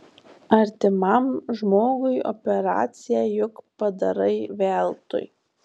artimam žmogui operaciją juk padarai veltui